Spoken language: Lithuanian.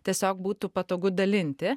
tiesiog būtų patogu dalinti